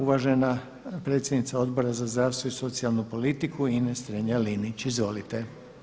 Uvažena predsjednica Odbora za zdravstvo i socijalnu politiku Ines Strenja Linić, izvolite.